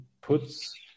puts